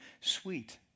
sweet